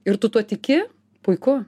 ir tu tuo tiki puiku